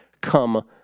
come